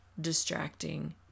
distracting